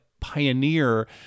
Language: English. pioneer